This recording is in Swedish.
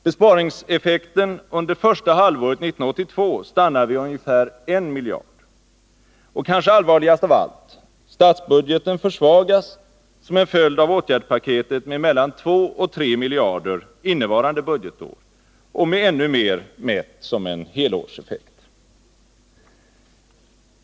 Besparingseffekten under första halvåret 1982 stannar vid ungefär 1 miljard. Och kanske allvarligast av allt: statsbudgeten försvagas som en följd av åtgärdspaketet med mellan 2 och 3 miljarder innevarande budgetår och med ännu mer mätt som en helårseffekt.